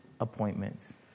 Appointments